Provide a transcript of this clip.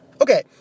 Okay